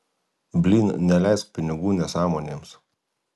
blyn neleisk pinigų nesąmonėms